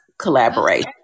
collaborate